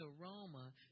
aroma